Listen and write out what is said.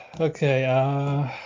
okay